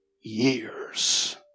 years